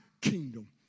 kingdom